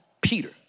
Peter